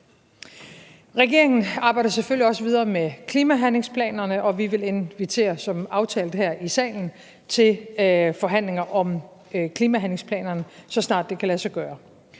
Regeringen arbejder selvfølgelig også videre med klimahandlingsplanerne, og vi vil som aftalt her i salen invitere til forhandlinger om klimahandlingsplanerne, så snart det kan lade sig gøre.